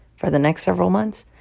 for the next several months,